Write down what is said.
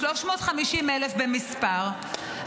350,000 במספר,